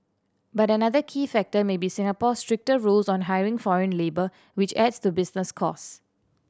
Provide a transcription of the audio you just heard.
but another key factor may be Singapore's stricter rules on hiring foreign labour which adds to business costs